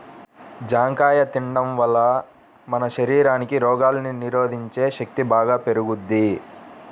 జాంకాయ తిండం వల్ల మన శరీరానికి రోగాల్ని నిరోధించే శక్తి బాగా పెరుగుద్ది